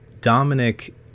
Dominic